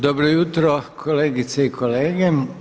Dobro jutro kolegice i kolege.